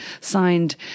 signed